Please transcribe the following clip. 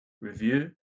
review